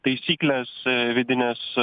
taisyklės vidinės